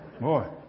Boy